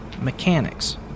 mechanics